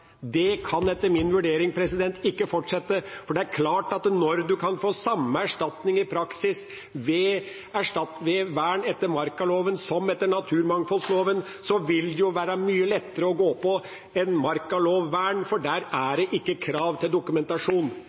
Det kan etter min vurdering ikke fortsette, for det er klart at når man i praksis kan få samme erstatning ved vern etter markaloven som etter naturmangfoldloven, vil det jo være mye lettere å gå på et markalovvern, for der er det ikke krav til dokumentasjon.